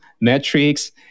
metrics